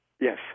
Yes